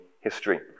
history